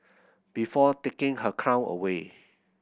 before taking her crown away